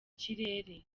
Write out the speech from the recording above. kirere